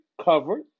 covered